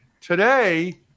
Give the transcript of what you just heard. Today